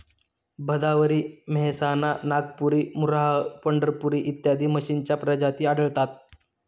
भदावरी, मेहसाणा, नागपुरी, मुर्राह, पंढरपुरी इत्यादी म्हशींच्या प्रजाती आढळतात